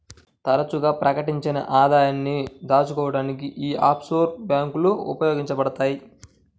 తరచుగా ప్రకటించని ఆదాయాన్ని దాచుకోడానికి యీ ఆఫ్షోర్ బ్యేంకులు ఉపయోగించబడతయ్